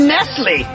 Nestle